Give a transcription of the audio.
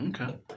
Okay